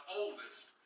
oldest